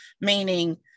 Meaning